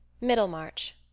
Middlemarch